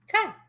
Okay